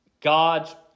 God